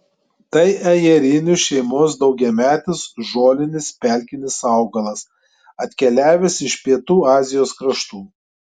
tai ajerinių šeimos daugiametis žolinis pelkinis augalas atkeliavęs iš pietų azijos kraštų